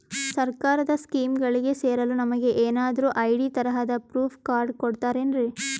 ಸರ್ಕಾರದ ಸ್ಕೀಮ್ಗಳಿಗೆ ಸೇರಲು ನಮಗೆ ಏನಾದ್ರು ಐ.ಡಿ ತರಹದ ಪ್ರೂಫ್ ಕಾರ್ಡ್ ಕೊಡುತ್ತಾರೆನ್ರಿ?